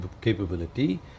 capability